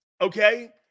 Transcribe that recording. Okay